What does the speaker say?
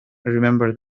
remember